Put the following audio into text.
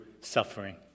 suffering